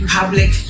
Public